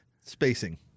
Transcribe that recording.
Spacing